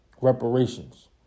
reparations